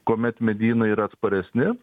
kuomet medynai yra atsparesni